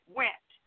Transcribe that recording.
went